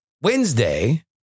Wednesday